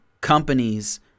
companies